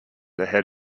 ahead